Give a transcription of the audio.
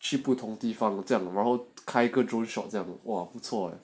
去不同地方这样然后开个 drone shot 这样 !wah! 不错 eh